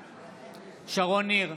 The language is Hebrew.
בעד שרון ניר,